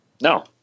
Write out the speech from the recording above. No